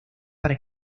para